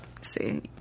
See